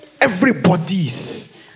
everybody's